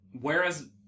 whereas